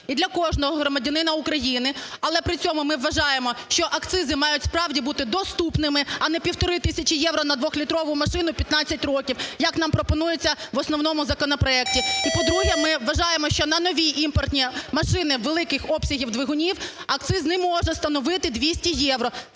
і для кожного громадянина України, але при цьому ми вважаємо, що акцизи мають, справді, бути доступними, а не 1,5 тисяч євро на двохлітрову машину 15 років, як нам пропонується в основному законопроекті. І, по-друге, ми вважаємо, що на нові імпортні машини великих обсягів двигунів акциз не може становити 200 євро.